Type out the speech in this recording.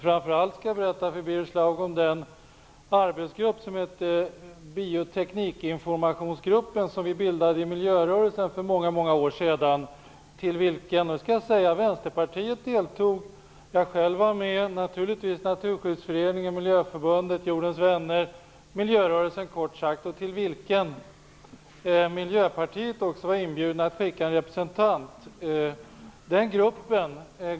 Framför allt skall jag berätta för Birger Schlaug om den arbetsgrupp som hette Bioteknikinformationsgruppen, som vi bildade i miljörörelsen för många många år sedan. I denna deltog Vänsterpartiet, jag själv var med, liksom naturligtvis Naturskyddsföreningen, Miljöförbundet och Jordens Vänner - miljörörelsen, kort sagt. Också Miljöpartiet var inbjudet att skicka en representant till gruppen.